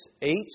eight